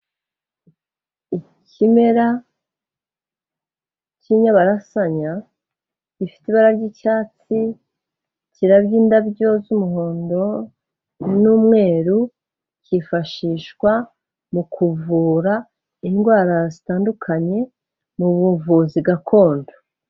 Ikimera cy'inyabarasanya, gifite ibara ry'icyatsi, kirabya indabyo z'umuhondo n'umweru, kifashishwa mu kuvura indwara zitandukanye, mu buvuzi gakondo.